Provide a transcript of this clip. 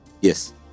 Yes